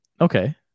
Okay